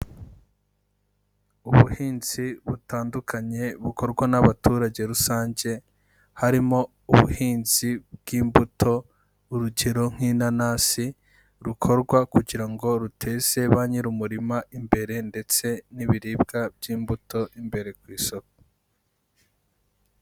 Ubuhinzi butandukanye bukorwa n'abaturage rusange, harimo ubuhinzi bw'imbuto urugero nk'inanasi rukorwa kugira ngo ruteshe ba nyiri umurima imbere ndetse n'ibiribwa by'imbuto imbere ku isoko.